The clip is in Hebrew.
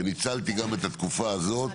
וניצלתי גם את התקופה הזאת